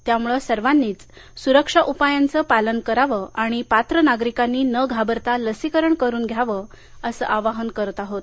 त्यामुळे सर्वांनीच सुरक्षा उपायांचं पालन करावं आणि पात्र नागरिकांनी न घाबरता लसीकरण करून घ्यावं असं आवाहन करत आहोत